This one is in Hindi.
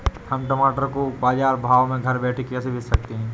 हम टमाटर को बाजार भाव में घर बैठे कैसे बेच सकते हैं?